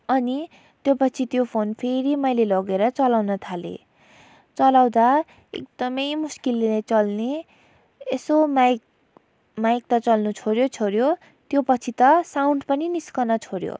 अनि त्यो पछि त्यो फोन फेरि मैले लगेर चलाउन थालेँ चलाउँदा एकदमै मुस्किलले चल्ने यसो माइक माइक त चल्नु छोड्यो छोड्यो त्योपछि त साउन्ड पनि निस्कन छोड्यो